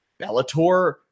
Bellator